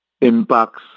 impacts